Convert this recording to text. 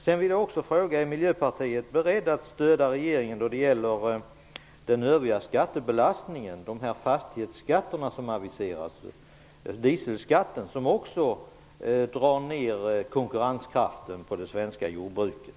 Sedan vill jag också fråga om Miljöpartiet är berett att stödja regeringen när det gäller den övriga skattebelastningen, dvs. de fastighetsskatter som aviseras och dieselskatten som också drar ner konkurrenskraften för det svenska jordbruket.